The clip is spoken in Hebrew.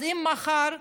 אז אם מחר הקבלן,